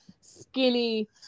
skinny